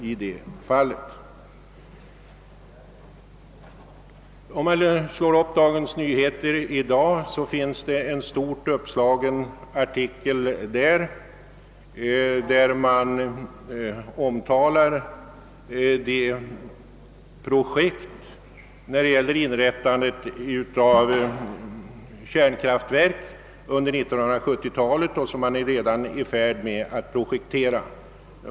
I dagens nummer av Dagens Nyheter står att läsa en stort uppslagen artikel om byggandet av kärnkraftverk, som man redan är i färd med att projektera.